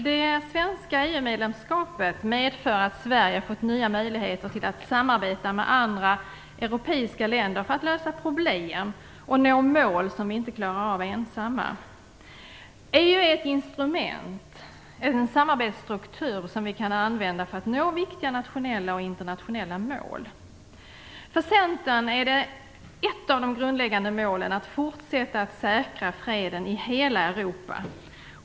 Herr talman! Det svenska EU-medlemskapet har medfört att Sverige fått nya möjligheter att samarbeta med andra europeiska länder för att lösa problem och nå mål som vi inte ensamma klarar av. EU är ett instrument - en samarbetsstruktur - som vi kan använda för att nå viktiga nationella och internationella mål. För Centern är ett av de grundläggande målen att fortsätta att säkra freden i hela Europa.